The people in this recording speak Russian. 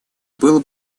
было